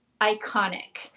iconic